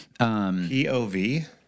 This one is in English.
POV